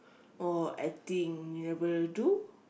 oh I think you never do